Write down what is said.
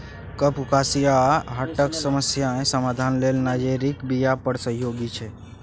कफ, उकासी आ हार्टक समस्याक समाधान लेल नाइजरक बीया बड़ सहयोगी छै